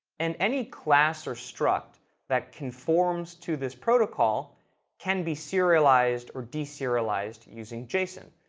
and any class or struct that conforms to this protocol can be serialized or de-serialized using json.